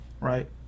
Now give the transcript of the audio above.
Right